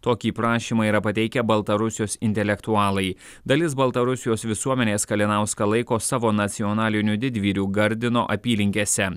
tokį prašymą yra pateikę baltarusijos intelektualai dalis baltarusijos visuomenės kalinauską laiko savo nacionaliniu didvyriu gardino apylinkėse